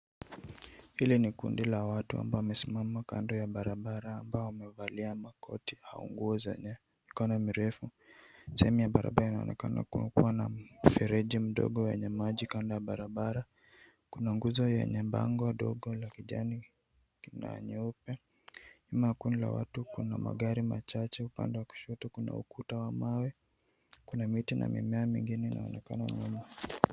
Hili ni kundi la watu ambao wamesimama kando ya barabara ambao wamevalia makoti au nguo zenye mikono mirefu. Sehemu ya barabara inaonekana kuwa na mfereji mdogo wenye maji kando ya barabara. Kuna nguzo yenye bango ndogo la kijani ingine ya nyeupe, nyuma ya kundi la watu kuna magari machache. Upande wa kushoto kuna ukuta wa mawe, kuna miti na mimea mingine inaonekana nyuma.